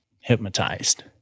hypnotized